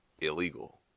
illegal